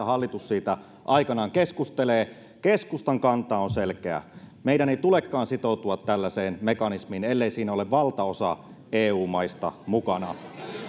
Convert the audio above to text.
hallitus siitä aikanaan keskustelee keskustan kanta on selkeä meidän ei tulekaan sitoutua tällaiseen mekanismiin ellei siinä ole valtaosa eu maista mukana